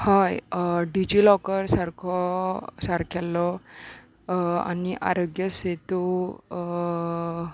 हय डिजिलॉकर सारको सारकेल्लो आनी आरोग्य सेतू